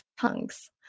tongues